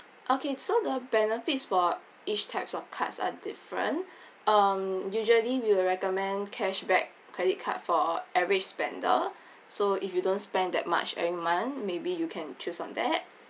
okay so the benefits for each types of cards are different um usually we will recommend cashback credit card for average spender so if you don't spend that much every month maybe you can choose on that